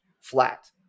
flat